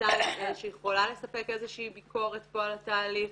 שיכולה לספק איזושהי ביקורת על התהליך,